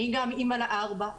אני גם אמא לארבעה ילדים,